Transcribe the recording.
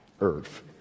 earth